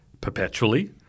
perpetually